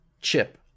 chip